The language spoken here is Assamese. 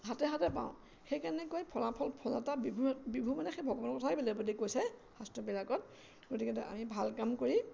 হাতে হাতে পাওঁ সেইকাৰণে কয় ফলাফল ফল এটা বিভুৰ হাতত বিভু মানে সেই ভগৱানৰ কথাই কৈছে শাস্ত্ৰবিলাকত গতিকে আমি ভাল কাম কৰি